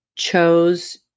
Chose